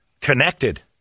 connected